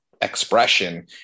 expression